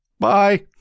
Bye